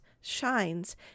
shines